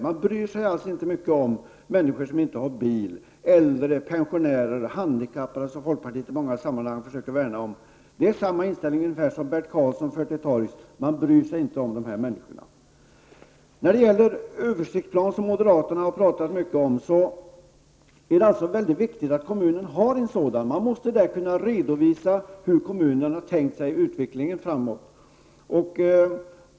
Man bryr sig alltså inte mycket om människor som inte har bil; äldre, pensionärer, handikappade, som folkpartiet i många andra sammanhang försöker värna om. Det är ungefär samma inställning som Bert Karlsson för till torgs. Man bryr sig inte om de här människorna. Översiktsplanen har moderaterna pratat mycket om. Det är mycket viktigt att kommunerna har en sådan. Man måste kunna redovisa hur kommunerna har tänkt sig utvecklingen framåt.